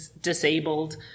disabled